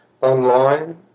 online